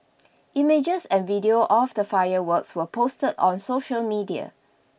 images and video of the fireworks were posted on social media